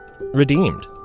redeemed